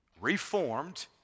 reformed